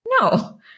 No